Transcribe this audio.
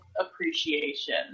appreciation